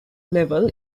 level